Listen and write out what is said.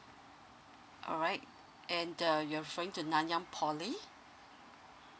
alright and uh you're referring to nanyang poly